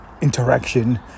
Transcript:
interaction